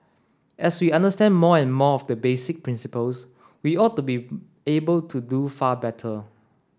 as we understand more and more of the basic principles we ought to be able to do far better